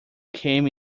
came